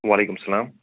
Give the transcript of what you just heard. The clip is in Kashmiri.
وعلِیکُم اسلام